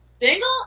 Single